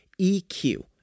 EQ